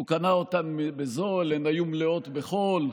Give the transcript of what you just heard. "הוא קנה אותן בזול / הן היו מלאות בחול".